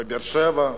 בבאר-שבע,